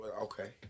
okay